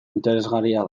interesgarria